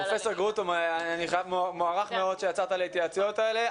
פרופ' גרוטו, מוערך מאוד שיצאת להתייעצויות האלה.